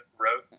wrote